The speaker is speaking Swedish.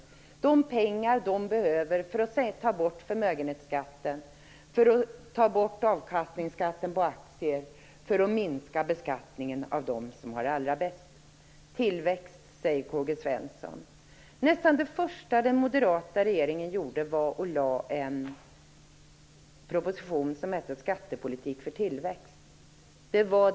Moderaterna behöver dessa pengar för att ta bort förmögenhetsskatten, ta bort avkastningsskatten på aktier och minska beskattningen av dem som har det allra bäst. K-G Svenson kallar det tillväxt. Nästan det första den moderata regeringen gjorde var att lägga fram en proposition som hette Skattepolitik för tillväxt.